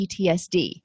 PTSD